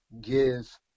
give